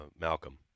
Malcolm